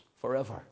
forever